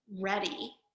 ready